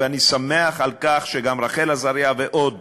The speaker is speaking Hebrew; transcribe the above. ואני שמח שגם רחל עזריה ועוד